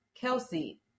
Kelsey